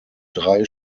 drei